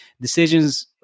decisions